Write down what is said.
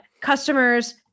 customers